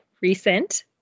recent